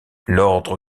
l’ordre